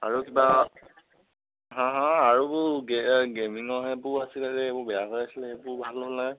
আৰু কিবা হা হা আৰু গে গে'মিঙৰ সেইবোৰ আছিলে যে সেইবোৰ বেয়া হৈ আছিলে সেইবোৰ ভাল হ'ল নাই